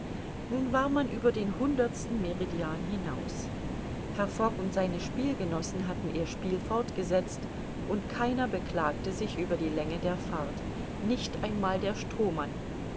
nun war man über den hundertsten meridian hinaus herr fogg und seine spielgenossen hatten ihr spiel fortgesetzt und keiner beklagte sich über die länge der fahrt nicht einmal der strohmann